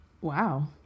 Wow